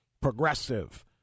progressive